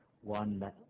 one